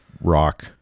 rock